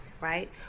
right